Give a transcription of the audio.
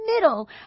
middle